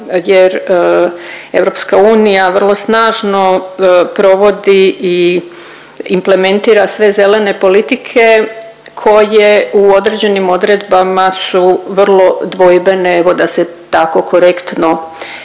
jer EU vrlo snažno provodi i implementira sve zelene politike koje u određenim odredbama su vrlo dvojbene, evo da se tako korektno izrazim.